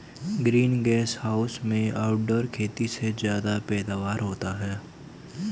green gas house में outdoor खेती से ज्यादा पैदावार होता है